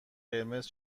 قرمز